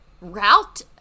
route